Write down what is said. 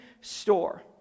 store